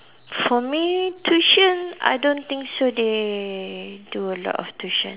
for me tuition I don't think so they do a lot of tuition